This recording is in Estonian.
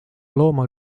looma